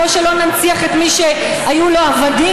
כמו שלא ננציח את מי שהיו לו עבדים,